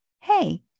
Hey